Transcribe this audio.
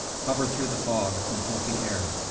hover through the fog and filthy air.